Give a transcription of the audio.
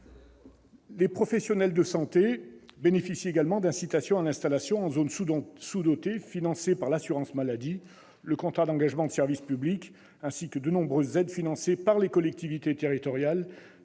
Les professionnels de santé bénéficient également d'incitations à l'installation en zones sous-dotées financées par l'assurance maladie- le contrat d'engagement de service public -ainsi que de nombreuses aides financées par les collectivités territoriales